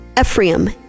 Ephraim